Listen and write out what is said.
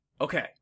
Okay